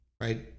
right